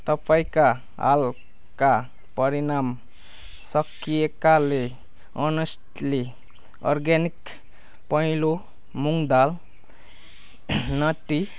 तपाईँका हालका परिणाम सकिएकाले अनेस्टली अरगेनिक पँहेलो मुङ दाल नटी